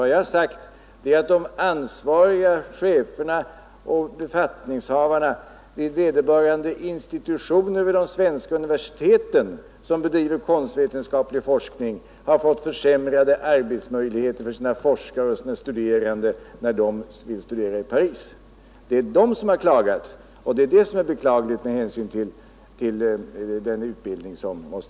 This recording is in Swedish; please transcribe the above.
Vad jag sagt är att de ansvariga cheferna och befattningshavarna vid vederbörande institutioner vid de svenska universiteten, som bedriver konstvetenskaplig forskning, har fått försämrade arbetsmöjligheter för sina forskare och studerande, när de vill studera i Paris. Det är de som klagat, och det är det som är beklagligt.